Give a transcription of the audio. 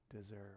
deserve